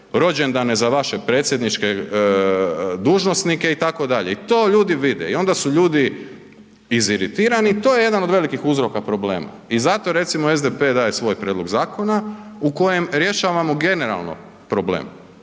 rođendane za vaše predsjedničke dužnosnike itd., i to ljudi vide i onda su ljudi iziritirani i to je jedan od velikih uzroka problema i zato recimo SDP daje svoj prijedlog zakona u kojem rješavamo generalno problem,